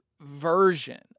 version